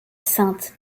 saintes